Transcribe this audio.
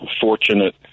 fortunate